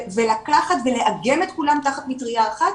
ולקחת ולאגם את כולם תחת מטריה אחת